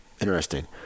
Interesting